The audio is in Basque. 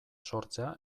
sortzea